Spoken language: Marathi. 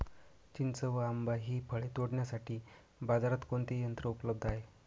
चिंच व आंबा हि फळे तोडण्यासाठी बाजारात कोणते यंत्र उपलब्ध आहे?